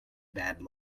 bad